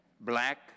Black